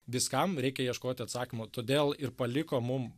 viskam reikia ieškoti atsakymo todėl ir paliko mum